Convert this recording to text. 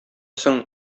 соң